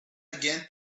again